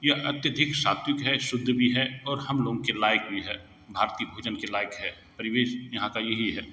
यह अत्यधिक सात्विक है शुद्ध भी है और हम लोग के लायक भी है भारतीय भोजन के लायक है परिवेश यहाँ का यही है